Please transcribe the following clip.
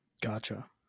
gotcha